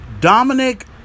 Dominic